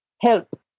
help